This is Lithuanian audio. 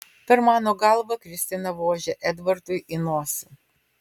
per mano galvą kristina vožia edvardui į nosį